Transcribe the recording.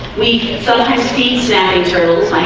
we thought high speeds